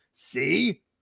See